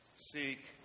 Seek